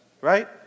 right